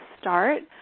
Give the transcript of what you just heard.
start